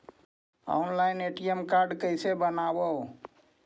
Online ATM card कैसे बनाबौ?